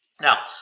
Now